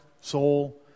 soul